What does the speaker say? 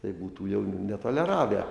tai būtų jau netoleravę